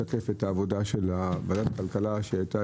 אכן זה משקף את עבודת ועדת הכלכלה שהייתה